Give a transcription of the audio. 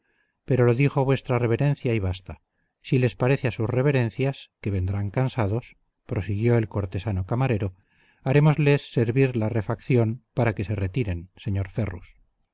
pero lo dijo vuestra reverencia y basta si les parece a sus reverencias que vendrán cansados prosiguió el cortesano camarero harémosles servir la refacción para que se retiren señor ferrus